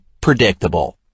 predictable